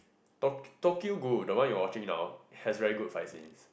tok~ Tokyo-Ghoul the one you're watching now has very good fight scenes